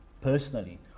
personally